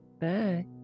Bye